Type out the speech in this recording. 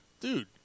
Dude